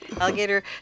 Alligator